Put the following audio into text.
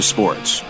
Sports